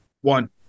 One